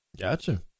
gotcha